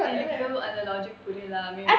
அந்த:antha logic புரியலை:purialai